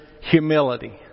humility